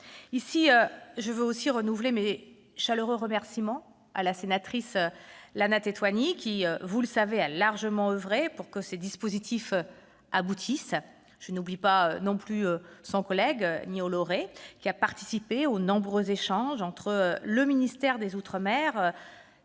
titre gratuit. Je renouvelle mes chaleureux remerciements à la sénatrice Lana Tetuanui, qui, vous le savez, a largement oeuvré pour que ces dispositifs aboutissent. Je n'oublie pas, bien sûr, son collègue Nuihau Laurey, qui a participé aux nombreux échanges entre le ministère des outre-mer et